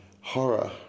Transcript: horror